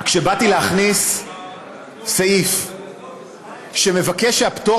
אבל כשבאתי להכניס סעיף שמבקש שהפטור